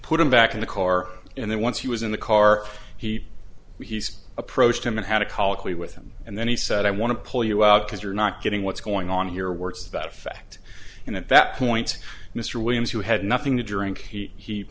put him back in the car and then once he was in the car he he's approached him and had a colloquy with him and then he said i want to pull you out because you're not getting what's going on here works that effect and at that point mr williams who had nothing to drink he